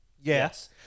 Yes